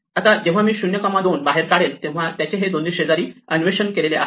आता जेव्हा मी हा 02 बाहेर काढेल तेव्हा याचे हे दोन्ही शेजारी अन्वेषण केलेले आहेत